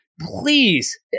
Please